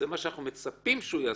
שזה מה שאנחנו מצפים שהוא יעשה,